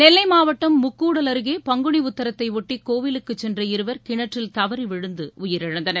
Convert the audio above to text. நெல்லை மாவட்டம் முக்கூடல் அருகே பங்குனி உத்திரத்தை ஒட்டி கோவிலுக்கு சென்ற இருவர் கிணற்றில் தவறி விழுந்து உயிரிழந்தனர்